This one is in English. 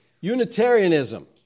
Unitarianism